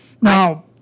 Now